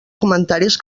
comentaris